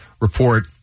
report